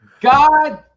God